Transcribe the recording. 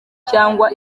cyangwa